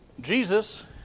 Jesus